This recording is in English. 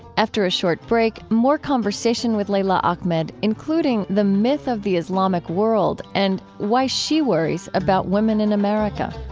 after a short break, more conversation with leila ahmed, including the myth of the islamic world and why she worries about women in america